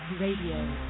Radio